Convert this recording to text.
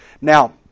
Now